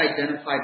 identified